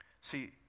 See